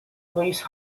police